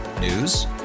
News